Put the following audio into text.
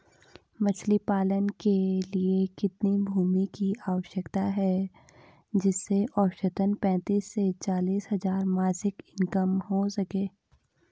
मछली पालन के लिए कितनी भूमि की आवश्यकता है जिससे औसतन पैंतीस से चालीस हज़ार मासिक इनकम हो सके?